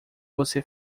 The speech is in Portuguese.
você